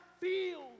feel